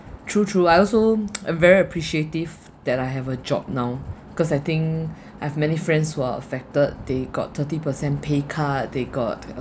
true true I also I'm very appreciative that I have a job now because I think I have many friends who are affected they got thirty percent pay cut they got